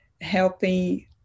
helping